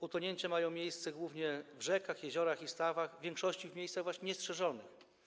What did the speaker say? Utonięcia mają miejsce głównie w rzekach, jeziorach i stawach, w większości w miejscach niestrzeżonych.